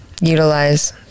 utilize